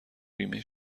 بیمه